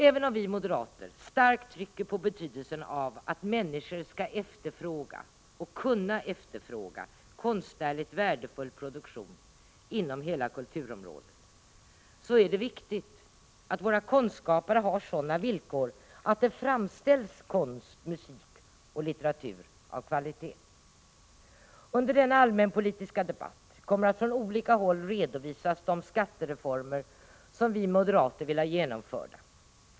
Även om vi moderater starkt trycker på betydelsen av att människor skall efterfråga och kunna efterfråga konstnärligt värdefull produktion inom hela kulturområdet, så är det viktigt att våra konstskapare har sådana villkor att det framställs konst, musik och litteratur av kvalitet. Under denna allmänpolitiska debatt kommer att från olika håll redovisas de skattereformer som vi moderater vill ha genomförda.